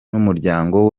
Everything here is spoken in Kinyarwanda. n’umuryango